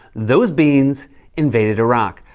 those beans invaded iraq.